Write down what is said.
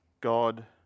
God